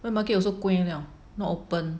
wet market also gui leow not open